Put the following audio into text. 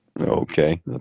Okay